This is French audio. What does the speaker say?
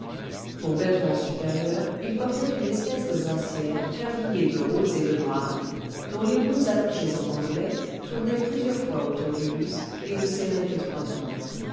pour vêtement supérieur il portait une espèce de brassière quadrillée de rose et de noir dont les bouts allongés en bandelettes tournaient plusieurs fois autour du buste et le serraient étroitement